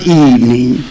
evening